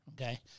Okay